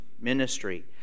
ministry